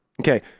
Okay